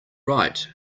right